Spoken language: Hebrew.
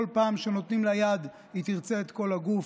וכל פעם שנותנים לה יד היא תרצה את כל הגוף.